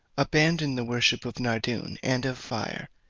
abandon the worship of nardoun, and of fire,